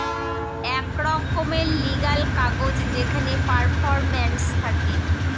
এক রকমের লিগ্যাল কাগজ যেখানে পারফরম্যান্স থাকে